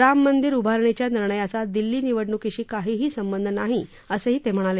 राम मंदिर उभारणीच्या निर्णयाचा दिल्ली निवडणुकीशी काहीही संबंध नाही असंही ते म्हणाले